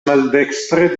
maldekstre